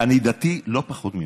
אני דתי לא פחות ממך,